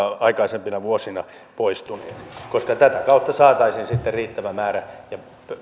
aikaisempina vuosina poistuneet vaihtoehto koska tätä kautta saataisiin sitten riittävä määrä ja